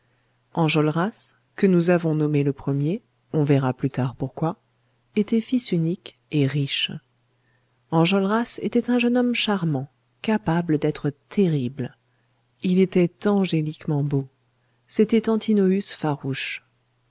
enjolras que nous avons nommé le premier on verra plus tard pourquoi était fils unique et riche enjolras était un jeune homme charmant capable d'être terrible il était angéliquement beau c'était antinoüs farouche